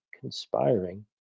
conspiring